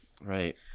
Right